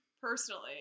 Personally